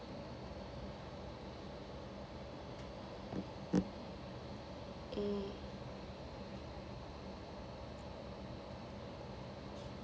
mm